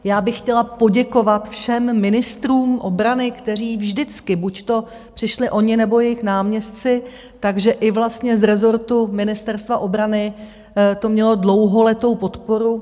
Já bych chtěla poděkovat všem ministrům obrany, kteří vždycky buďto přišli oni nebo jejich náměstci, takže i vlastně z rezortu Ministerstva obrany to mělo dlouholetou podporu.